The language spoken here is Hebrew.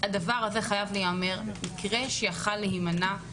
זה משהו שצריך להיאמר: מקרה שיכל להימנע.